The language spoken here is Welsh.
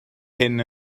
hyn